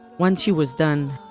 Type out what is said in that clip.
once she was done,